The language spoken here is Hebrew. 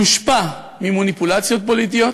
יושפע ממניפולציות פוליטיות,